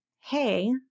Hey